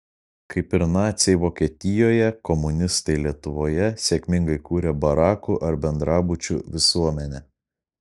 kaip ir naciai vokietijoje komunistai lietuvoje sėkmingai kūrė barakų ar bendrabučių visuomenę